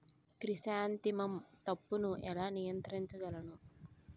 Chrysanthemum తప్పును ఎలా నియంత్రించగలను?